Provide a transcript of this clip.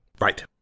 Right